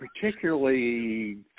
particularly